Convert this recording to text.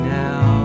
now